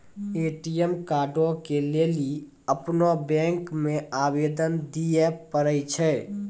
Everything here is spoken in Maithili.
ए.टी.एम कार्डो के लेली अपनो बैंको मे आवेदन दिये पड़ै छै